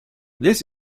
this